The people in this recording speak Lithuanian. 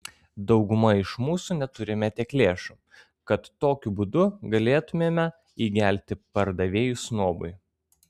dauguma iš mūsų neturime tiek lėšų kad tokiu būdu galėtumėme įgelti pardavėjui snobui